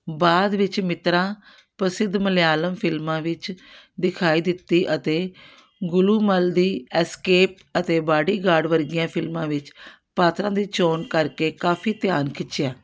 ਬਾਅਦ ਵਿੱਚ ਮਿੱਤਰਾ ਪ੍ਰਸਿੱਧ ਮਲਿਆਲਮ ਫ਼ਿਲਮਾਂ ਵਿੱਚ ਦਿਖਾਈ ਦਿੱਤੀ ਅਤੇ ਗੁਲੂਮਲ ਦੀ ਐਸਕੇਪ ਅਤੇ ਬਾਡੀਗਾਰਡ ਵਰਗੀਆਂ ਫ਼ਿਲਮਾਂ ਵਿੱਚ ਪਾਤਰਾਂ ਦੀ ਚੋਣ ਕਰਕੇ ਕਾਫ਼ੀ ਧਿਆਨ ਖਿੱਚਿਆ